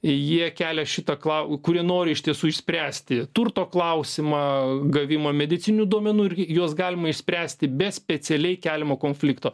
jie kelia šitą klau kurie nori iš tiesų išspręsti turto klausimą gavimą medicininių duomenų irgi juos galima išspręsti be specialiai keliamo konflikto